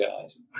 guys